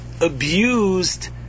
abused